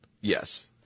Yes